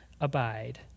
abide